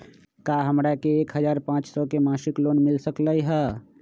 का हमरा के एक हजार पाँच सौ के मासिक लोन मिल सकलई ह?